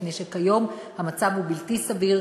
מפני שכיום המצב הוא בלתי סביר,